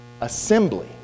assembly